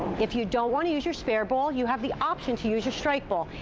if you don't want to use your spare ball, you have the option to use your strike ball.